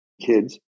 kids